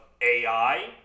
AI